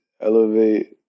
elevate